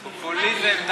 פופוליזם.